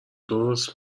درست